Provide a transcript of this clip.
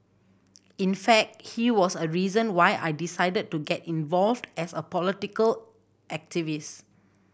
in fact he was a reason why I decided to get involved as a political activist